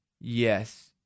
Yes